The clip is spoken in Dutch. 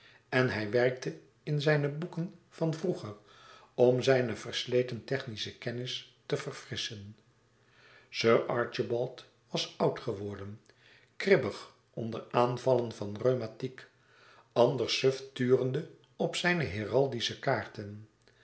en hij werkte in zijne boeken van vroeger om zijne versleten technische kennis te verfrisschen sir archibald was oud geworden kribbig onder aanvallen van rheumatiek anders suf turende op zijne heraldische kaarten